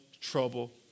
trouble